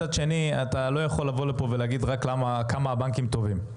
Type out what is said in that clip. מצד שני אתה לא יכול לבוא לפה ולהגיד רק כמה הבנקים טובים.